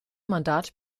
mandat